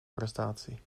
prestatie